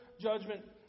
judgment